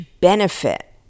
benefit